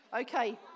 Okay